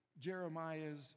jeremiah's